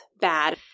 bad